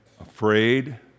afraid